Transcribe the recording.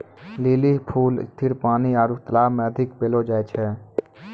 lily फूल स्थिर पानी आरु तालाब मे अधिक पैलो जाय छै